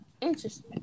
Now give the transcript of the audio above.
interesting